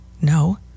No